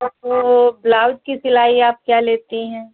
तो वह ब्लाउज की सिलाई आप क्या लेती हैं